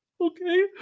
okay